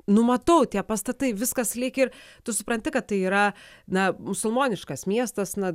nu matau tie pastatai viskas lyg ir tu supranti kad tai yra na musulmoniškas miestas na